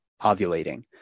ovulating